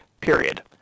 Period